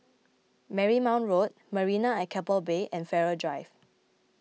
Marymount Road Marina at Keppel Bay and Farrer Drive